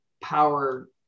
power